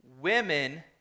women